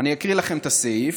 אני אקריא לכם את הסעיף: